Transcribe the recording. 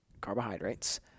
carbohydrates